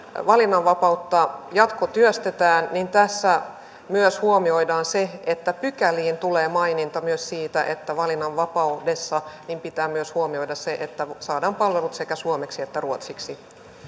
valinnanvapautta jatkotyöstetään niin tässä myös huomioidaan se että pykäliin tulee maininta myös siitä että valinnanvapaudessa pitää myös huomioida se että saadaan palvelut sekä suomeksi että ruotsiksi